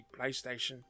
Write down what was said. PlayStation